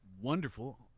wonderful